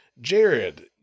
Jared